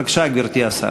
בבקשה, גברתי השרה.